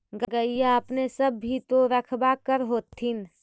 गईया अपने सब भी तो रखबा कर होत्थिन?